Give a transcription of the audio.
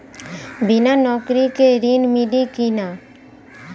बिना नौकरी के ऋण मिली कि ना?